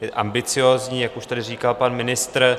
Je ambiciózní, jak už tady říkal pan ministr.